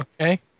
Okay